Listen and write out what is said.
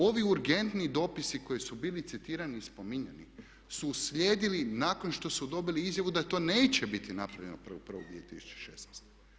Ovi urgentni dopisi koji su bili citirani i spominjani su uslijedili nakon što su dobili izjavu da to neće biti napravljeno 1.1.2016.